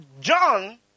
John